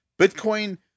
Bitcoin